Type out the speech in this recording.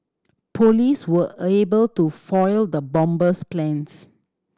police were able to foil the bomber's plans